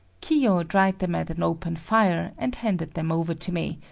kiyo dried them at an open fire and handed them over to me,